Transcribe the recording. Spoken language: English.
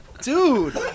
dude